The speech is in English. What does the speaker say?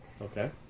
Okay